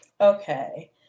Okay